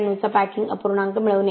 91 चा पॅकिंग अपूर्णांक मिळवणे